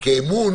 כי אמון